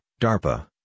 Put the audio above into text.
DARPA